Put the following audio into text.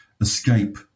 escape